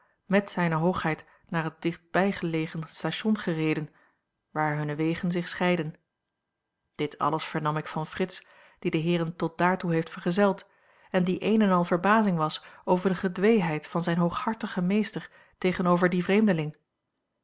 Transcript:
met zijne hoogheid naar het dichtstbijgelegen station gereden waar hunne wegen zich scheidden dit alles vernam ik van fritz die de heeren tot daartoe heeft vergezeld en die één en al verbazing was over de gedweeheid van zijn hooghartigen meester tegenover dien vreemdeling